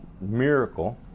miracle